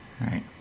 right